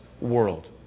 world